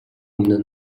өмнө